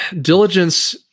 diligence